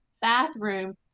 bathroom